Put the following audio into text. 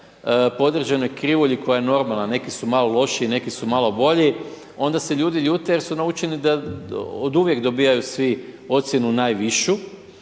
određenoj krivulji koja je normalna, neki su malo lošiji, neki su malo bolji onda se ljudi ljute jer su naučeni da oduvijek dobivaju svi ocjenu najvišu.